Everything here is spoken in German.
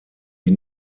die